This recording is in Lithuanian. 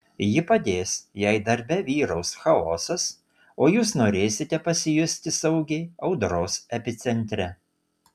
ji padės jei darbe vyraus chaosas o jūs norėsite pasijusti saugiai audros epicentre